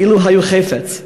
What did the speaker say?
כאילו היו חפץ.